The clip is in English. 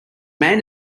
man